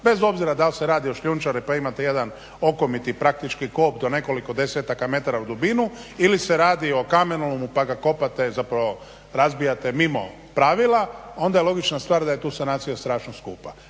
bez obzira dal se radi o šljunčari pa imate jedan okomiti praktički kob do nekoliko desetaka metara u dubinu ili se radi o kamenolomu pa ga kopate, zapravo razbijate mimo pravila. Onda je logična stvar da je tu sanacija strašno skupa.